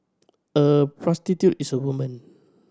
a prostitute is a woman